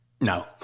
No